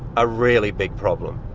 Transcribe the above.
a really big problem.